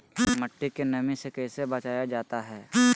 मट्टी के नमी से कैसे बचाया जाता हैं?